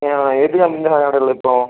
അ ഏത് കമ്പനി ആണ് അവിടെ ഉള്ളത് ഇപ്പോൾ